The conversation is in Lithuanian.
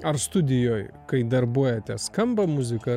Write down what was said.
ar studijoj kai darbuojatės skamba muzika